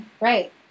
right